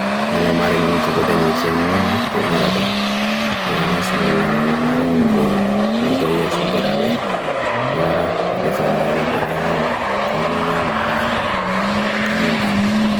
nyalomari nintu kudanyi kiamni, demwarada yawala sungulla nyalomari on jayi bilgayya sobirabiam yawara bedefanyiri benyama komanyama hara kan'yuntan